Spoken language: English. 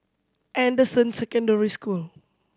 Anderson Secondary School